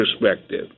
perspective